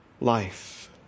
Life